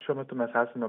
šiuo metu mes esame